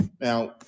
Now